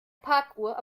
parkuhr